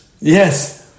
Yes